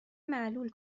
معلول